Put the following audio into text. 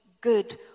good